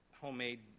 homemade